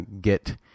get